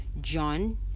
John